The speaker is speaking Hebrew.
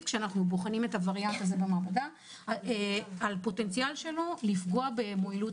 כשאנחנו בוחנים את הווריאנט הזה במעבדה הפוטנציאל שלו לפגוע ביעילות